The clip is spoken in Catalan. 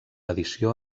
edició